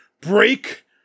Break